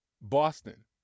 Boston